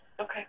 Okay